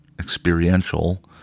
experiential